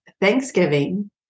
Thanksgiving